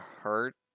hurt